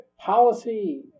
policy